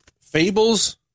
Fables